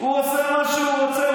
הוא עושה מה שהוא רוצה.